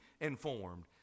informed